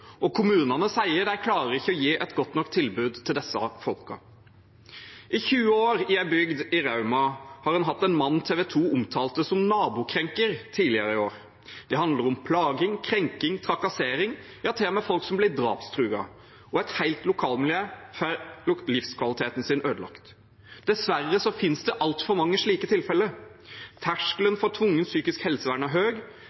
og kommunene sier de ikke klarer å gi et godt nok tilbud til disse folkene. I 20 år i en bygd i Rauma har en hatt en mann som TV 2 omtalte som «nabokrenker» tidligere i år. Det handler om plaging, krenking, trakassering, ja til og med folk som blir drapstruet. Et helt lokalmiljø får livskvaliteten sin ødelagt. Dessverre finnes det altfor mange slike tilfeller.